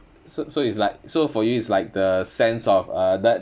so so it's like so for you it's like the sense of uh that